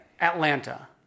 Atlanta